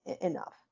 enough